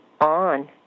on